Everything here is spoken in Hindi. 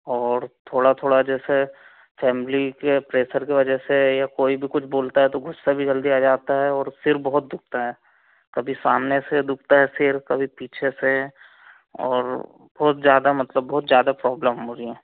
और थोड़ा थोड़ा जैसे फैमली के प्रेसर की वजह से या कोई भी कुछ बोलता है तो गुस्सा भी जल्दी आ जाता है और सिर बहुत दुखता है कभी सामने से दुखता है सिर कभी पीछे से और बहुत ज़्यादा मतलब बहुत ज़्यादा प्रॉब्लम है मुझे